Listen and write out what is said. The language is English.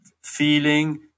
feeling